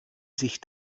sich